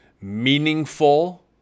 meaningful